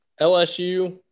LSU